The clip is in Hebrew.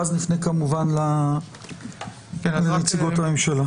ואז נפנה כמובן לנציגות הממשלה.